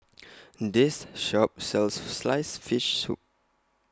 This Shop sells Sliced Fish Soup